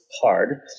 hard